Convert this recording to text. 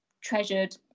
treasured